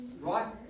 right